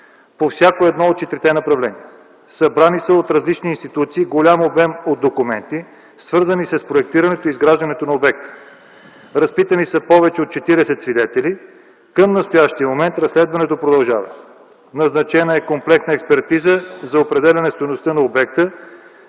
във всяко едно от четирите нарушения. Събрани са от различни институции голям обем документи, свързани с проектирането и изграждането на обекта, разпитани са повече от 40 свидетели. Към настоящия момент разследването продължава. Назначена е комплексна експертиза за определяне стойността на обекта,